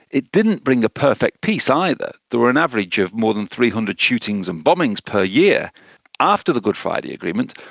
it didn't bring the perfect peace, either. there were an average of more than three hundred shootings and bombings per year after the good friday agreement,